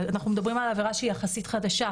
אנחנו מדברים על עבירה שהיא יחסית חדשה,